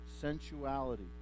sensuality